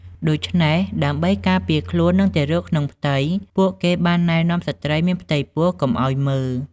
ដូច្នេះ ដើម្បីការពារខ្លួន និងទារកក្នុងផ្ទៃ ពួកគេបានណែនាំស្ត្រីមានផ្ទៃពោះកុំឲ្យមើល ។